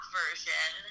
version